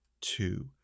two